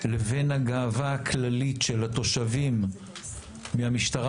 לבין הגאווה הכללית של התושבים מהמשטרה